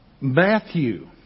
Matthew